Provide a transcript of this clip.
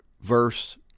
verse